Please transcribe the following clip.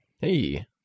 Hey